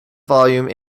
volume